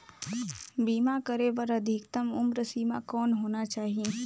बीमा करे बर अधिकतम उम्र सीमा कौन होना चाही?